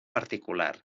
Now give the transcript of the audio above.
particular